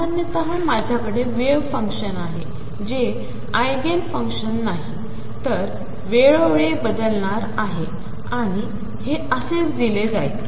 सामान्यतः माझ्याकडेवेव्हफंक्शनआहेजेआयगेनफंक्शननाही तरतेवेळोवेळीबदलणारआहेआणिहेअसेचदिलेजाईल